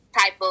type